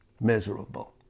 miserable